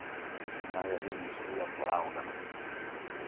ᱚᱱᱟᱜᱮ ᱟᱹᱰᱤ ᱢᱩᱥᱠᱤᱞ ᱨᱮᱞᱮ ᱯᱟᱲᱟᱣ ᱠᱟᱱᱟ